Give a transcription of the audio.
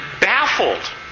baffled